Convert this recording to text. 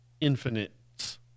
infinite